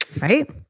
right